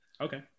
Okay